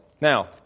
Now